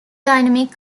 dynamic